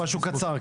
משהו קצר.